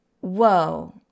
Whoa